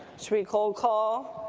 should we cold call?